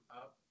up